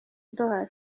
duhari